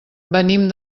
venim